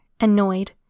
annoyed